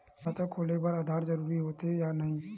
खाता खोले बार आधार जरूरी हो थे या नहीं?